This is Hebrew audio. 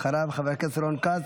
בבקשה, ואחריו, חבר הכנסת רון כץ.